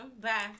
Bye